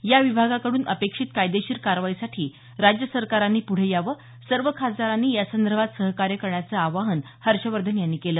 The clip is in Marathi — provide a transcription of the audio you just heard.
या विभागाकडून अपेक्षित कायदेशीर कारवाईसाठी राज्य सरकारांनी पुढे यावं सर्व खासदारांनी यासंदर्भात सहकार्य करण्याचं आवाहन हर्षवर्धन यांनी केलं